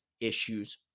issues